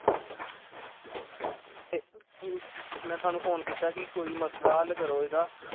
ते थाह्नूं फोन कीता की साढ़ा मसला हल्ल करो